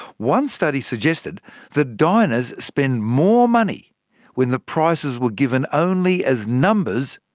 one study suggested that diners spend more money when the prices were given only as numbers,